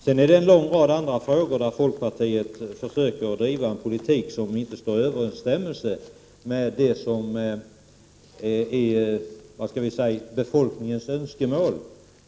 Det är en lång rad andra frågor där folkpartiet försöker driva en politik som inte står i överensstämmelse med vad som är befolkningens önskemål.